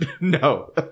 No